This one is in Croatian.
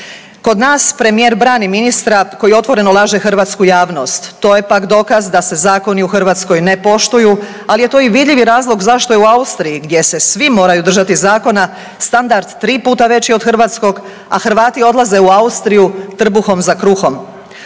Kod nas Premijer brani ministra koji otvoreno laže hrvatsku javnost, to je pak dokaz da se zakoni u Hrvatskoj ne poštuju, ali je to i vidljivi razlog zašto je u Austriji, gdje se svi moraju držati zakona, standard tri puta veći od hrvatskog, a Hrvati odlaže u Austriju trbuhom za kruhom.